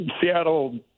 Seattle